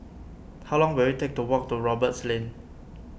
how long will it take to walk to Roberts Lane